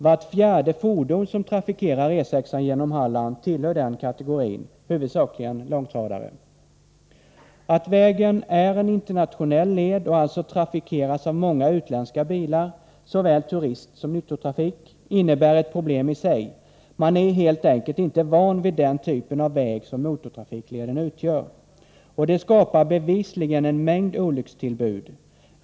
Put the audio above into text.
Vart fjärde fordon som trafikerar E 6 genom Halland tillhör den kategorin, huvudsakligen långtradare. Att vägen är en internationell led och alltså trafikeras av många utländska bilar, såväl turistsom nyttotrafik, innebär ett problem i sig. Man är helt enkelt inte van vid den typen av väg som motortrafikleden utgör. Och det skapar bevisligen en mängd olyckstillbud.